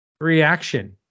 reaction